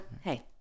hey